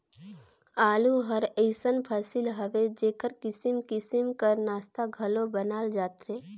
आलू हर अइसन फसिल हवे जेकर किसिम किसिम कर नास्ता घलो बनाल जाथे